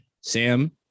Sam